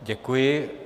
Děkuji.